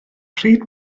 pryd